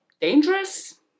Dangerous